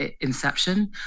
inception